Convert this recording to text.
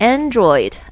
Android